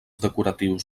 decoratius